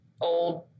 old